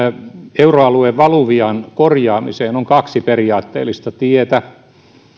euroalueen valuvian korjaamiseen on kaksi periaatteellista tietä